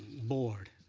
board.